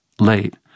late